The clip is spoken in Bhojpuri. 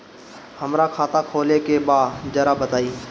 हमरा खाता खोले के बा जरा बताई